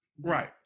right